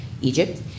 Egypt